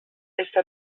està